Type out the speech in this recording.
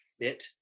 fit